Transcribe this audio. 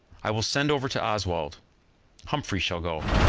i will send over to oswald humphrey shall go.